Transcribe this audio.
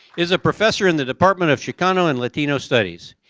is a professor in the department of chicano and latino studies.